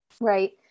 Right